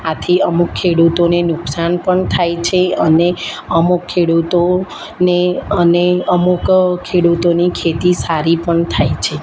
આથી અમુક ખેડૂતોને નુકસાન પણ થાય છે અને અમુક ખેડૂતો ને અને અમુક ખેડૂતોની ખેતી સારી પણ થાય છે